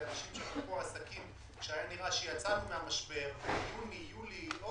ואנשים שפתחו עסקים כשהיה נראה שיצאנו מהמשבר ביוני-יולי-אוגוסט,